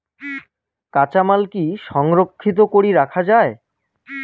কাঁচামাল কি সংরক্ষিত করি রাখা যায়?